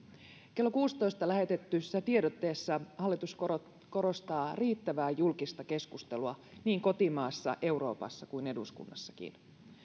kello kuudessatoista lähetetyssä tiedotteessa hallitus korostaa korostaa riittävää julkista keskustelua niin kotimaassa euroopassa kuin eduskunnassakin